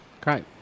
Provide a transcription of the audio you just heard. Great